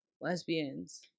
lesbians